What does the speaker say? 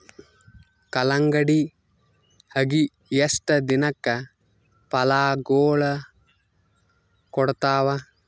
ಕಲ್ಲಂಗಡಿ ಅಗಿ ಎಷ್ಟ ದಿನಕ ಫಲಾಗೋಳ ಕೊಡತಾವ?